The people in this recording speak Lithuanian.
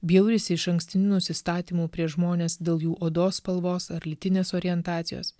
bjaurisi išankstiniu nusistatymu prieš žmones dėl jų odos spalvos ar lytinės orientacijos